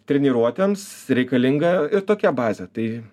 treniruotėms reikalinga ir tokia bazė tai